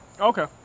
Okay